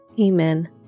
Amen